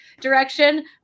direction